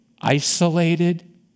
isolated